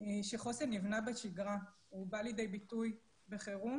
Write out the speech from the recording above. שחוסן נבנה בשגרה והוא בא לידי ביטוי בחירום.